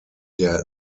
der